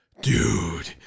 Dude